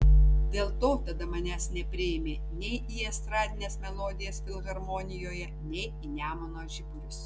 dėl to tada manęs nepriėmė nei į estradines melodijas filharmonijoje nei į nemuno žiburius